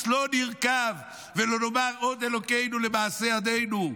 לא נרכב ולא נאמר עוד אלוקינו למעשה ידינו,